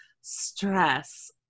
Stress